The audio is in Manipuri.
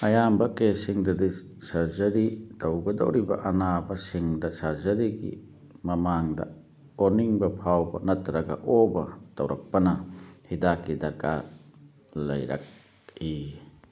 ꯑꯌꯥꯝꯕ ꯀꯦꯁꯁꯤꯡꯗꯗꯤ ꯁꯔꯖꯔꯤ ꯇꯧꯒꯗꯧꯔꯤꯕ ꯑꯅꯥꯕ ꯁꯤꯡꯗ ꯁꯔꯖꯔꯤꯒꯤ ꯃꯃꯥꯡꯗ ꯑꯣꯅꯤꯡꯕ ꯐꯥꯎꯕ ꯅꯠꯇ꯭ꯔꯒ ꯑꯣꯕ ꯇꯧꯔꯛꯄꯅ ꯍꯤꯗꯥꯛꯀꯤ ꯗꯔꯀꯥꯔ ꯂꯩꯔꯛꯏ